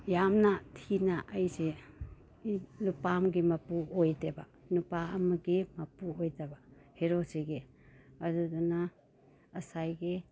ꯌꯥꯝꯅ ꯊꯤꯅ ꯑꯩꯁꯦ ꯅꯨꯄꯥ ꯑꯃꯒꯤ ꯃꯄꯨ ꯑꯣꯏꯗꯦꯕ ꯅꯨꯄꯥ ꯑꯃꯒꯤ ꯃꯄꯨ ꯑꯣꯏꯗꯕ ꯍꯦꯔꯣꯁꯤꯒꯤ ꯑꯗꯨꯗꯨꯅ ꯉꯁꯥꯏꯒꯤ